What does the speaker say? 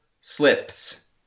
slips